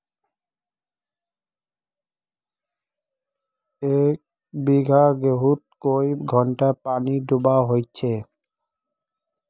एक बिगहा गेँहूत कई घंटा पानी दुबा होचए?